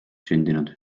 sündinud